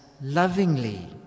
lovingly